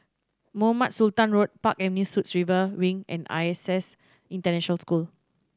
Mohamed Sultan Road Park Avenue Suites River Wing and I S S International School